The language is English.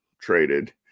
traded